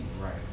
Right